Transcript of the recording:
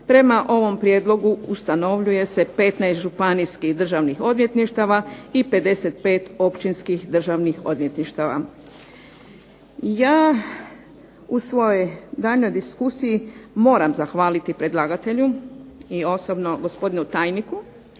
Prema ovom prijedlogu ustanovljuje se 15 županijskih državnih odvjetništava i 55 općinskih državnih odvjetništava. Ja u svojoj daljnjoj diskusiji moram zahvaliti predlagatelju i osobno gospodinu tajniku